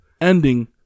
ending